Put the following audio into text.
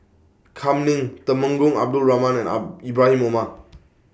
Kam Ning Temenggong Abdul Rahman and Arm Ibrahim Omar